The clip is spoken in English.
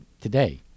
today